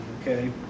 Okay